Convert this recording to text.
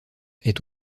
est